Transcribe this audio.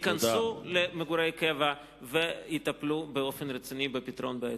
ייכנסו למגורי קבע ושיטפלו באופן רציני בפתרון בעיותיהם.